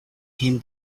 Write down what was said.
him